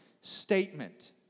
statement